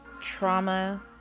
trauma